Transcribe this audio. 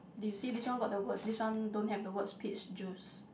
do you see this one got the words this one don't have the words peach juice